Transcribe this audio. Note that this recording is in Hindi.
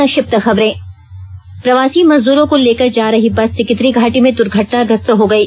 संक्षिप्त खबरें प्रवासी मजदूरों को लेकर जा रही बस सिकिदिरी घाटी में द्र्घटनाग्रस्त हो गयी